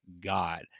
god